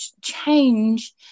change